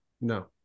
No